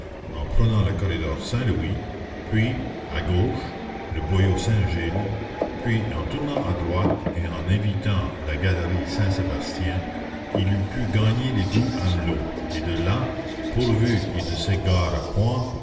en prenant le corridor saint-louis puis à gauche le boyau saint-gilles puis en tournant à droite et en évitant la galerie saint sébastien il eût pu gagner l'égout amelot et de là pourvu qu'il ne s'égarât point